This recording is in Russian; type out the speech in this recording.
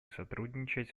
сотрудничать